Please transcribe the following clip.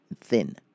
thin